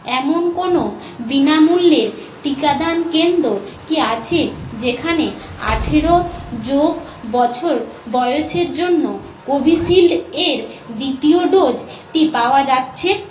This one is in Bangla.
এমন কোনো বিনামূল্যের টিকাদান কেন্দ্র কি আছে যেখানে আঠেরো যোগ বছর বয়সের জন্য কোভিশিল্ড এর দ্বিতীয় ডোজটি পাওয়া যাচ্ছে